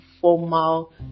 formal